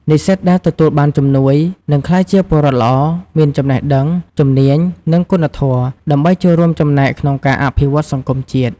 និស្សិតដែលទទួលបានជំនួយ នឹងក្លាយជាពលរដ្ឋល្អ មានចំណេះដឹង ជំនាញ និងគុណធម៌ ដើម្បីចូលរួមចំណែកក្នុងការអភិវឌ្ឍន៍សង្គមជាតិ។